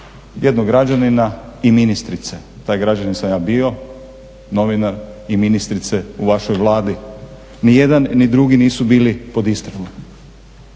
jednog građanina i ministrice, taj građanin sam ja bio, novinar i ministrice u vašoj Vladi, ni jedan ni drugi nisu bili pod istragom,